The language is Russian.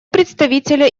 представителя